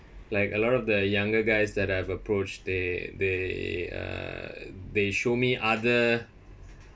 like a lot of the younger guys that I've approached they they uh they show me other